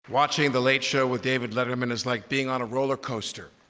watching the late show with david letterman is like being on a rollercoaster.